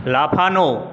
লাফানো